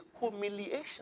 humiliation